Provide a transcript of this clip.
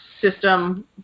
system